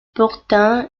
pourtant